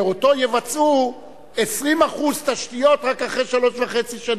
שאתו יבצעו 20% תשתיות רק אחרי שלוש שנים וחצי.